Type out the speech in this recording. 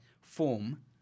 Form